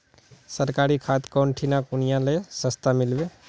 सरकारी खाद कौन ठिना कुनियाँ ले सस्ता मीलवे?